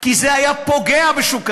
כי זה היה פוגע בשוק הדיור.